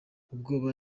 ubwoba